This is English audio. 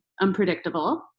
unpredictable